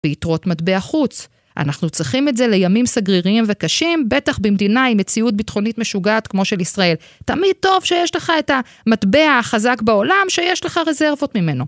ביתרות מטבע חוץ. אנחנו צריכים את זה לימים סגריריים וקשים, בטח במדינה עם מציאות ביטחונית משוגעת כמו של ישראל. תמיד טוב שיש לך את המטבע החזק בעולם, שיש לך רזרבות ממנו.